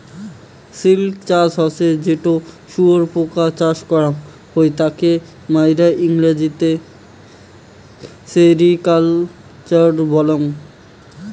silk চাষ হসে যেটো শুয়োপোকা চাষ করাং হই তাকে মাইরা ইংরেজিতে সেরিকালচার বলাঙ্গ